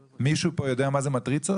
מישהו פה יודע מה זה מטריצות?